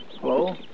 Hello